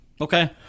Okay